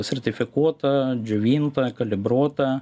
sertifikuota džiovinta kalibruota